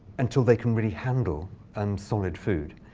until they can really handle um solid food.